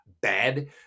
bad